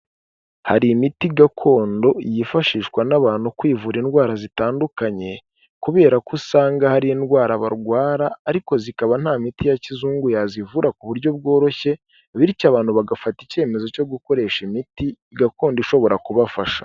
Hari imiti gakondo yifashishwa n'abantu kwivura indwara zitandukanye, kubera ko usanga hari indwara barwara ariko zikaba nta miti ya kizungu yazivura ku buryo bworoshye bityo abantu bagafata icyemezo cyo gukoresha imiti gakondo ishobora kubafasha.